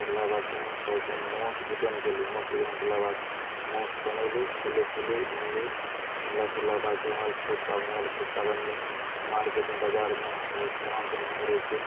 काटलाके बाद छै ने मौस वितरण कएलहुँ मौस वितरण कएलाके बाद मौस बनेलहुँ खेलहुँ पिलहुँ घुमलहुँ घुमला फिरलाके बाद फेर हमराके छठि पाबनि आएल छठि पाबनिमे मार्केटमे बजारमे बहुत समानसब महग रहै छै